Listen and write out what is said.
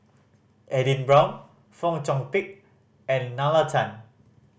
Edin Brown Fong Chong Pik and Nalla Tan